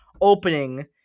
opening